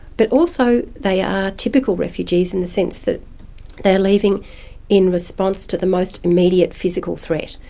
but also they are typical refugees in the sense that they're leaving in response to the most immediate physical threat,